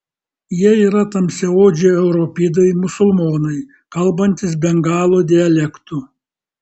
jie yra tamsiaodžiai europidai musulmonai kalbantys bengalų dialektu